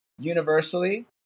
universally